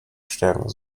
stärken